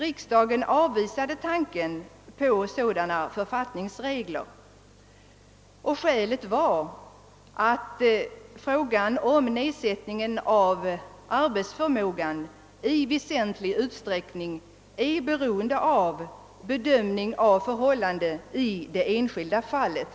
Riksdagen avvisade emellertid tanken på sådana författningsregler. Orsaken härtill var att frågan om nedsättningen av arbetsförmågan i väsentlig utsträckning är beroende av bedömningen av förhållandena i det enskilda fallet.